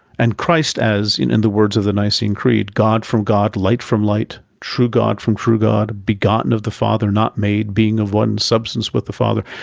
and christ as, in the words of the nicene creed, god from god, light from light, true god from true god, begotten of the father, not made, being of one substance with the father.